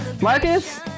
Marcus